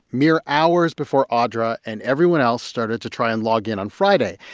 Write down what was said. mere hours before audra and everyone else started to try and log in on friday.